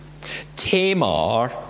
Tamar